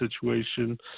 situation